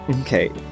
Okay